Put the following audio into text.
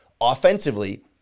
offensively